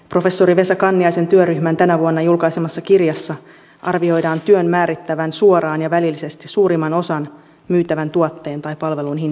professori vesa kanniaisen työryhmän tänä vuonna julkaisemassa kirjassa arvioidaan työn määrittävän suoraan ja välillisesti suurimman osan myytävän tuotteen tai palvelun hinnasta